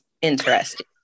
Interesting